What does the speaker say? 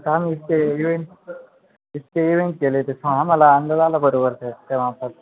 आता आम्ही इतके इवेंट इतके इवेंट केले तसा आम्हाला अंदाज आला बरोबर सर तेव्हापासून